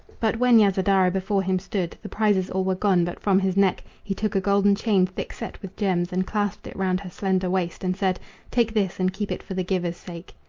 but when yasodhara before him stood, the prizes all were gone but from his neck he took a golden chain thick set with gems, and clasped it round her slender waist, and said take this, and keep it for the giver's sake.